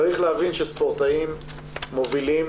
צריך להבין שספורטאים מובילים